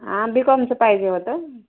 हां B Com चं पाहिजे होतं